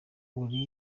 uri